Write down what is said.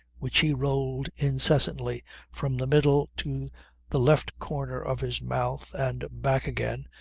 which he rolled incessantly from the middle to the left corner of his mouth and back again,